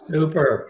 Super